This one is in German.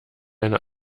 eine